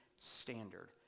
standard